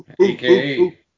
aka